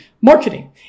marketing